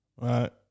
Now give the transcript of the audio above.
right